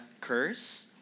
curse